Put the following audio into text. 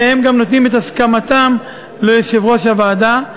והם גם נותנים את הסכמתם ליושב-ראש הוועדה.